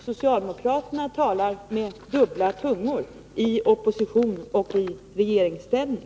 Socialdemokraterna talar med dubbla tungor — i opposition och i regeringsställning.